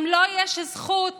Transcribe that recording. גם לו יש זכות